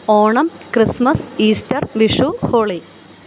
Onam Christmas Easter Vishu holy